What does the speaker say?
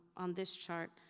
on this chart,